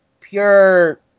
pure